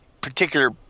particular